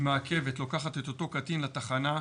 מעכבת, לוקחת את אותו קטין לתחנה.